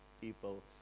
people